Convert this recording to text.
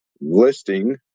listing